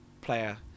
player